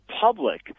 public